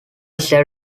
said